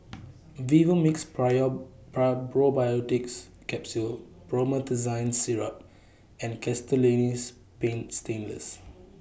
Vivomixx Probiotics Capsule Promethazine Syrup and Castellani's Paint Stainless